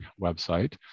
website